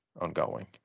ongoing